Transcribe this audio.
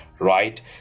right